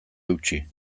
eutsi